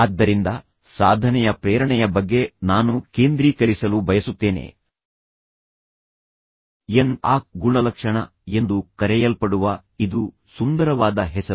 ಆದ್ದರಿಂದ ಸಾಧನೆಯ ಪ್ರೇರಣೆಯ ಬಗ್ಗೆ ನಾನು ಕೇಂದ್ರೀಕರಿಸಲು ಬಯಸುತ್ತೇನೆ ಎನ್ ಆಕ್ ಗುಣಲಕ್ಷಣ ಎಂದು ಕರೆಯಲ್ಪಡುವ ಇದು ಸುಂದರವಾದ ಹೆಸರು